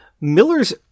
Miller's